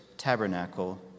tabernacle